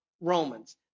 Romans